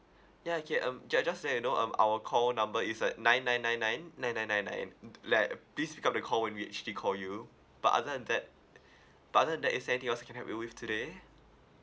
ya okay um ju~ just let you know um our call number is at nine nine nine nine nine nine nine nine l~ like please pick up the call when we actually call you but other than that but other than that is there anything else I can help you with today